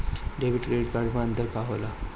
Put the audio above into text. Debit और credit card मे अंतर का होला?